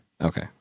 Okay